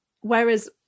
Whereas